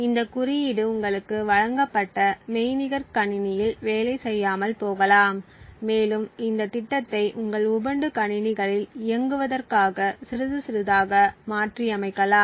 இந்த குறியீடு உங்களுக்கு வழங்கப்பட்ட மெய்நிகர் கணிணியில் வேலை செய்யாமல் போகலாம் மேலும் இந்த திட்டத்தை உங்கள் உபுண்டு கணிணிகளில் இயங்குவதற்காக சிறிது சிறிதாக மாற்றியமைக்கலாம்